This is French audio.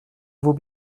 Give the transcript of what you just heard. vaut